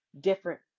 different